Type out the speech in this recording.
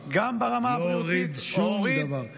לא הוריד שום דבר,